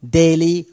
daily